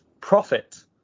profit